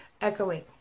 echoing